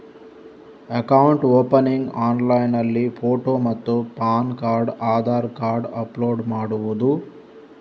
Account opening ಆನ್ಲೈನ್ನಲ್ಲಿ photo ಮತ್ತು PAN card Aadhaar card upload ಮಾಡುವುದು?